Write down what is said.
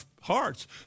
hearts